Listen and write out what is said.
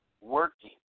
working